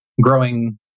growing